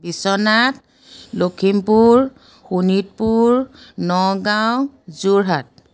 Biswanath Lakhimpur Sonitpur Nagaon Jorhat